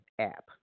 app